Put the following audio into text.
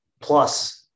plus